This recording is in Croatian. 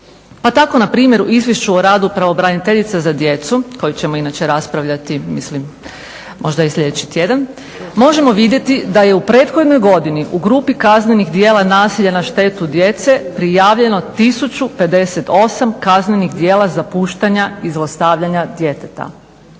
Pa tako npr. u izvješću o radu pravobraniteljice za djecu koju ćemo inače raspravljati mislim možda i sljedeći tjedan, možemo vidjeti da je u prethodnoj godini u grupi kaznenih djela nasilje na štetu djece prijavljeno 1058 kaznenih djela zapuštanja i zlostavljanja djeteta.